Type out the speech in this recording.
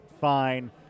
fine